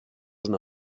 una